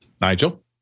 Nigel